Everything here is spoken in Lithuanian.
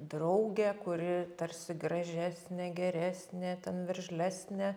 draugę kuri tarsi gražesnė geresnė ten veržlesnė